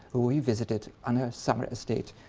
who he visited on her summer estate,